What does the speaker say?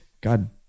God